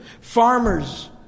farmers